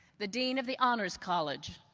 the dean of the honors college,